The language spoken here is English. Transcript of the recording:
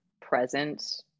present